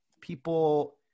people